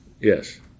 yes